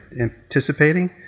anticipating